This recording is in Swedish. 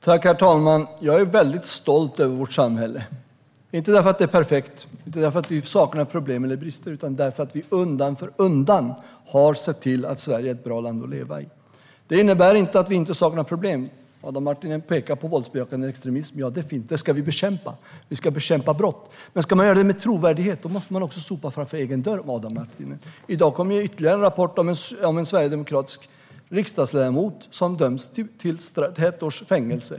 Herr talman! Jag är väldigt stolt över vårt samhälle. Inte för att det är perfekt eller för att vi saknar problem och brister utan för att vi undan för undan har sett till att Sverige är ett bra land att leva i. Det innebär inte att vi saknar problem. Adam Marttinen pekar på våldsbejakande extremism. Den ska vi bekämpa. Vi ska bekämpa brott. Men ska man göra det med trovärdighet måste man också sopa framför egen dörr. I dag kom ytterligare en rapport om en sverigedemokratisk riksdagsledamot som dömts till ett års fängelse.